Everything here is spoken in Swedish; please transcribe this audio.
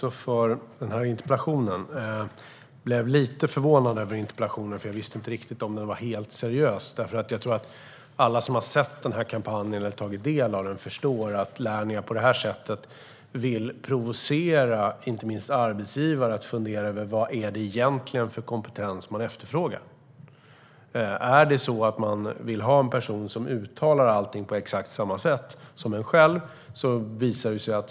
Herr talman! Tack, Mattias Bäckström Johansson, för den här interpellationen! Jag blev lite förvånad över interpellationen, för jag visste inte riktigt om den var helt seriös. Jag tror att alla som har tagit del av den här kampanjen förstår att Lernia på det här sättet vill provocera inte minst arbetsgivare att fundera över vad det egentligen är för kompetens som man efterfrågar. Vill man ha en person som uttalar allting på exakt samma sätt som man själv gör?